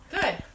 Good